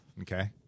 Okay